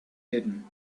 hidden